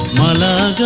la la